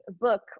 book